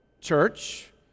church